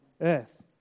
earth